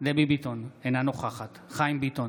דבי ביטון, אינה נ וכחת חיים ביטון,